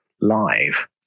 live